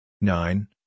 Nine